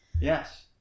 Yes